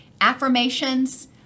affirmations